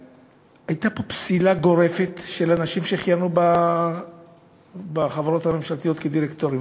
הייתה פה פסילה גורפת של אנשים שכיהנו בחברות הממשלתיות כדירקטורים.